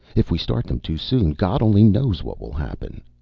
if we start them too soon god only knows what will happen.